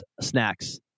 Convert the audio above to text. snacks